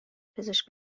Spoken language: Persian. پزشک